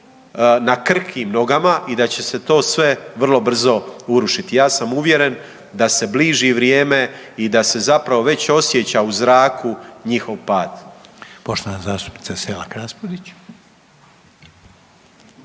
na krhkim nogama i da će se to sve vrlo brzo urušiti. Ja sam uvjeren da se bliži vrijeme i da se zapravo već osjeća u zraku njihov pad.